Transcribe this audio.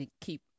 keep